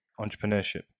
entrepreneurship